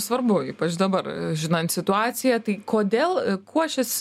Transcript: svarbu ypač dabar žinant situaciją tai kodėl kuo šis